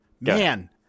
Man